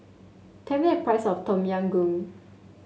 tell me the price of Tom Yam Goong